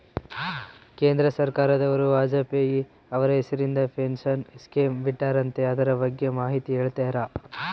ಕೇಂದ್ರ ಸರ್ಕಾರದವರು ವಾಜಪೇಯಿ ಅವರ ಹೆಸರಿಂದ ಪೆನ್ಶನ್ ಸ್ಕೇಮ್ ಬಿಟ್ಟಾರಂತೆ ಅದರ ಬಗ್ಗೆ ಮಾಹಿತಿ ಹೇಳ್ತೇರಾ?